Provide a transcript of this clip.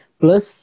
plus